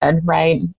Right